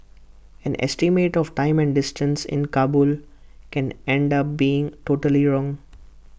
an estimate of time and distance in Kabul can end up being totally wrong